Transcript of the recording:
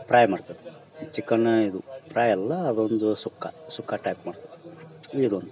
try ಮಾಡ್ತೇವೆ ಚಿಕನ್ನ ಇದು ಫ್ರೈ ಅಲ್ಲಾ ಅದೊಂದು ಸುಕ್ಕ ಸುಕ್ಕಾ ಟೈಪ್ ಮಾಡಿ ಇದೊಂದು